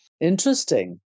Interesting